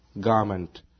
garment